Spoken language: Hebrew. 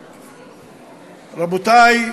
רבותי,